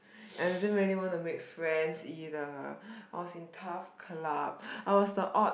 and I didn't really want to make friends either I was tough club I was the odd